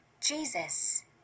Jesus